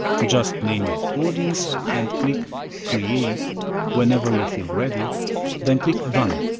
just name your audience and click create whenever you feel ready then click done.